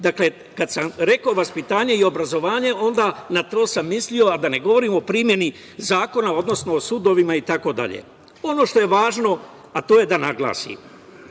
Dakle, kada sam rekao vaspitanje i obrazovanje, na to sam mislio, a da ne govorim o primeni zakona, odnosno o sudovima itd. Dakle, ono što je važno, da naglasim,